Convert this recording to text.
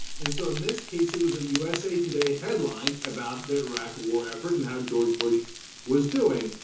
and so, in this case, it was a usa today headline about the iraq war effort and how george bush was doing.